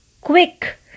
quick